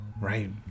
right